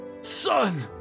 son